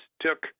took